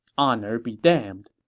honor be damned.